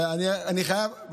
נכון.